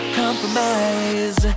compromise